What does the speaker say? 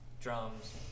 drums